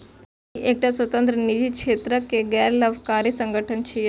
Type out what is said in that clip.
ई एकटा स्वतंत्र, निजी क्षेत्रक गैर लाभकारी संगठन छियै